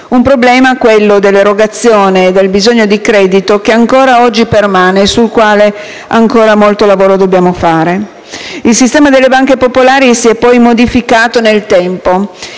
Un problema, quello dell'erogazione e del bisogno di credito, che ancora oggi permane e sul quale ancora molto lavoro dobbiamo spendere. Il sistema delle banche popolari si è poi modificato nel tempo